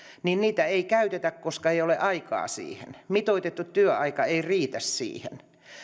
niin niitä ei käytetä koska ei ole aikaa siihen mitoitettu työaika ei riitä siihen